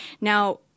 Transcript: Now